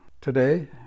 today